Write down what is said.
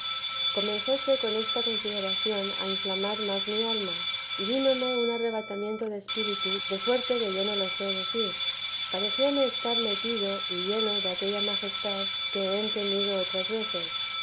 vi comenzóse con esta consideración a inflamar más mi alma y vínome un arrobamiento de espíritu de suerte que yo no lo sé decir parecióme estar metido y lleno de aquella majestad que he entendido otras veces